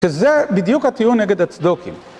כי זה בדיוק התיאור נגד הצדוקים.